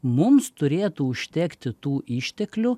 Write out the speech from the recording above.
mums turėtų užtekti tų išteklių